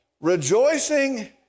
Rejoicing